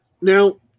Now